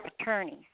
attorneys